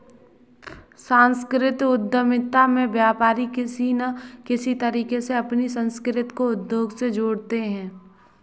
सांस्कृतिक उद्यमिता में व्यापारी किसी न किसी तरीके से अपनी संस्कृति को उद्योग से जोड़ते हैं